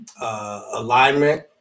Alignment